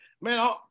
Man